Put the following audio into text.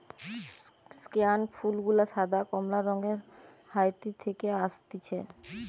স্কেয়ান ফুল গুলা সাদা, কমলা রঙের হাইতি থেকে অসতিছে